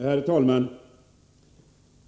Herr talman!